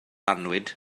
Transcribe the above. annwyd